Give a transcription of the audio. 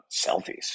selfies